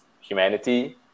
humanity